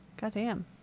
Goddamn